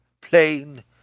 plain